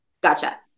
Gotcha